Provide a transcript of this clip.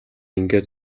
ингээд